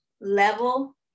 level